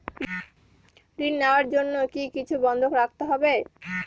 ঋণ নেওয়ার জন্য কি কিছু বন্ধক রাখতে হবে?